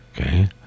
okay